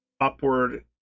upward